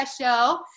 show